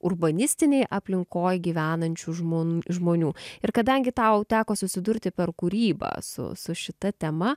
urbanistinėj aplinkoj gyvenančių žmon žmonių ir kadangi tau teko susidurti per kūrybą su su šita tema